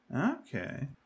Okay